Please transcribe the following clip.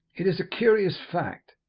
it is a curious fact,